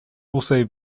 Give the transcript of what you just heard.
also